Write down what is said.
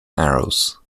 arrows